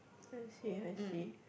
I see I see